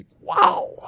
Wow